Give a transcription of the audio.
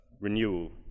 renewal